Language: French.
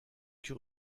que